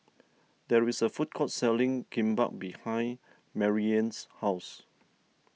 there is a food court selling Kimbap behind Maryjane's house